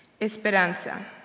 esperanza